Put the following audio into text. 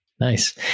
nice